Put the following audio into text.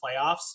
playoffs